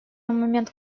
момент